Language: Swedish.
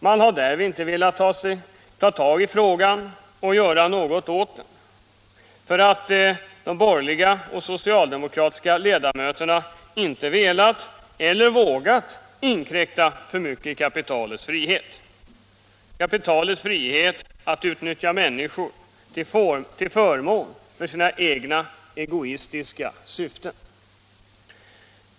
Man har inte velat ta tag i frågan och göra något åt den — därför att de borgerliga och de socialdemokratiska ledamöterna inte velat eller inte vågat inkräkta alltför mycket på kapitalets frihet att utnyttja människor till förmån för sina egna egoistiska syften.